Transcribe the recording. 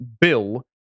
Bill